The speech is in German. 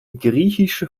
griechische